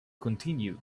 continued